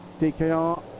DKR